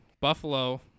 Buffalo